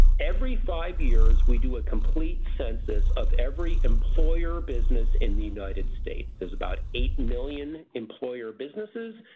every five years we do a complete census of every employer business in the united states. there's about eight million employer businesses.